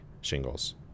shingles